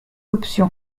option